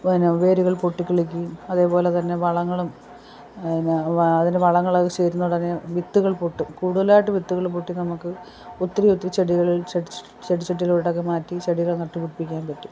പിന്നെ വേരുകൾ പൊട്ടി കിളിക്കേം അതേപോലെ തന്നെ വളങ്ങളും പിന്നെ അതിന് വളങ്ങളൊക്കെ ചെരുന്നൊടനേ വിത്തുകൾ പൊട്ടും കൂടുതലായിട്ട് വിത്തുകൾ പൊട്ടി നമുക്ക് ഒത്തിരി ഒത്തിരി ചെടികളിൽ ചെടി ചെടിച്ചട്ടീലോട്ടൊക്കെ മാറ്റി ചെടികൾ നട്ടു പിടിപ്പിക്കാൻ പറ്റും